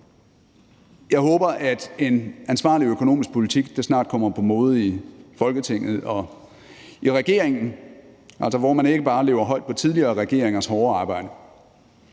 Jeg håber, at en ansvarlig økonomisk politik snart kommer på mode i Folketinget og i regeringen, og at man altså ikke bare lever højt på tidligere regeringers hårde arbejde.